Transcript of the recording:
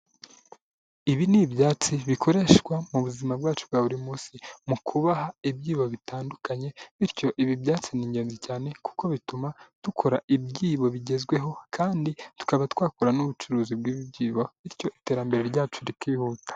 Ibi ni ibyatsi bikoreshwa mu buzima bwacu bwa buri munsi mu kuboha ibyibo bitandukanye, bityo ibi byatsi ni ingenzi cyane kuko bituma dukora ibyibo bigezweho kandi tukaba twakora n'ubucuruzi bw'ibyibo bityo iterambere ryacu rikihuta.